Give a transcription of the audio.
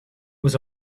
was